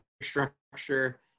infrastructure